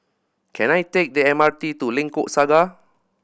can I take the M R T to Lengkok Saga